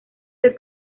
del